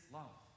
love